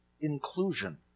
inclusion